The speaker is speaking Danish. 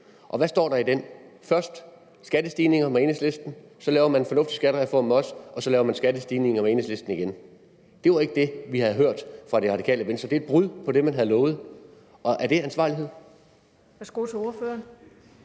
og hvad står der i den? Først laver man skattestigninger med Enhedslisten, så laver man en fornuftig skattereform med os, og så laver man skattestigninger med Enhedslisten igen. Det var ikke det, vi havde hørt fra Det Radikale Venstre. Det er et brud på det, man havde lovet. Og er det ansvarlighed?